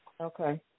Okay